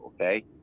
Okay